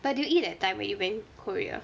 but do you eat that time when you went korea